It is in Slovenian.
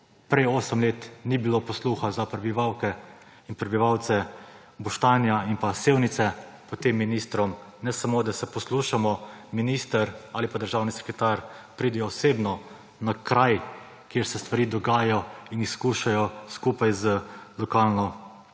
Prej 8 let ni bilo posluha za prebivalke in prebivalce Boštanja in pa Sevnice, pod tem ministrom ne samo da se poslušamo, minister ali pa državni sekretar pridejo osebno na kraj, kjer se stvari dogajajo, in jih skušajo skupaj z lokalno